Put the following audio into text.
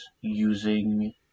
using